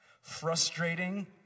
Frustrating